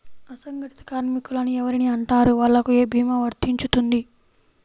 అసంగటిత కార్మికులు అని ఎవరిని అంటారు? వాళ్లకు ఏ భీమా వర్తించుతుంది?